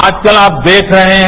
आज कल आप देख रहे हैं